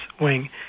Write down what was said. wing